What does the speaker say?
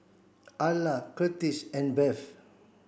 Arla Kurtis and Bev